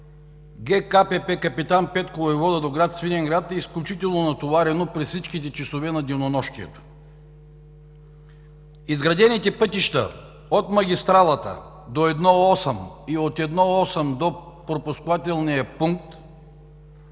ГКПП „Капитан Петко Войвода“ до град Свиленград е изключително натоварено през всичките часове на денонощието. Изградените пътища от магистралата до І-8 и от І-8 до пропускателния пункт